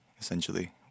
Essentially